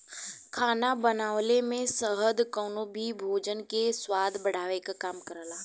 खाना बनवले में शहद कउनो भी भोजन के स्वाद बढ़ावे क काम करला